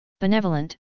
Benevolent